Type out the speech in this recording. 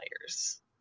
players